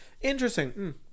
interesting